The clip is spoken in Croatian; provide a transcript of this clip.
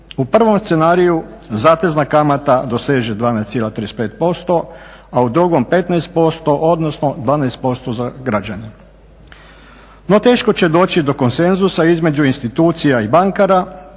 U prvom scenariju zatezna kamata doseže 12,35%, a u drugom 15% odnosno 12% za građane. No, teško će doći do konsenzusa između institucija i bankara